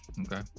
Okay